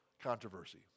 controversy